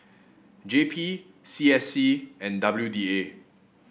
J P C S C and W D A